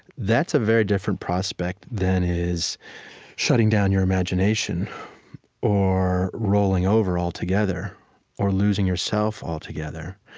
that's a very different prospect than is shutting down your imagination or rolling over altogether or losing yourself altogether.